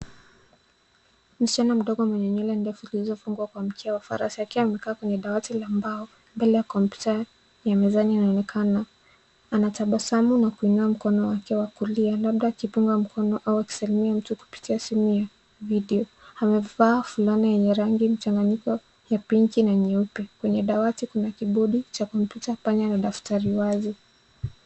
Msichana mdogo mwenye nywele ndefu zilizofungwa kwa mkia wa farasi akiwa amekaa kwenye dawati ya mbao mbele ya kompyuta ya mezani inaonekana. Anatabasamu na kuinua mkono wa kulia labda akidunga mkono au kusalimia mtu kupitia simu ya video. Amevaa fulana enye rangi mchanganyiko ya pinki na nyeupe. Kwenye dawati kuna kibodi cha kompyuta panya na daftari wazi.